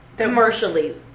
Commercially